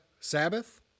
Sabbath